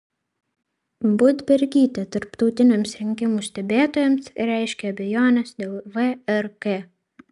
budbergytė tarptautiniams rinkimų stebėtojams reiškia abejones dėl vrk